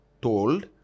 told